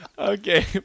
Okay